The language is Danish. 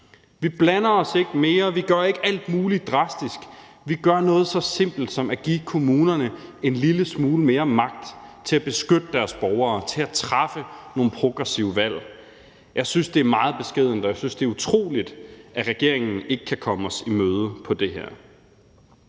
Vi blander os ikke mere, vi gør ikke alt muligt drastisk, vi gør noget så simpelt som at give kommunerne en lille smule mere magt til at beskytte deres borgere og til at træffe nogle progressive valg. Jeg synes, det er meget beskedent, og jeg synes, det er utroligt, at regeringen ikke kan komme os i møde på det her.